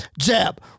Jab